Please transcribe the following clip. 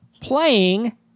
playing